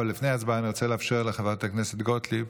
אבל לפני ההצבעה אני רוצה לאפשר לחברת הכנסת גוטליב.